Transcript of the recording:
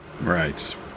Right